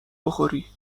بخوری